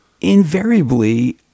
invariably